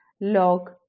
log